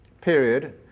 period